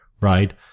Right